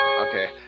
Okay